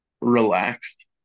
relaxed